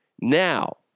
Now